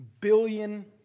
billion